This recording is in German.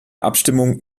abstimmung